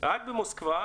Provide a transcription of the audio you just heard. רק במוסקבה,